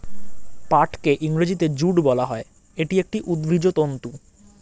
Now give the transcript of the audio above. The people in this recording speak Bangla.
পাটকে ইংরেজিতে জুট বলা হয়, এটি একটি উদ্ভিজ্জ তন্তু